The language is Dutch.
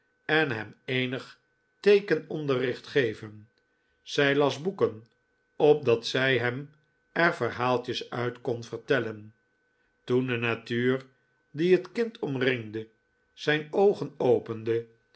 en hem eenig teekenonderricht geven zij las boeken opdat zij hem er verhaaltjes uit kon vertellen toen de natuur die het kind omringde zijn oogen opende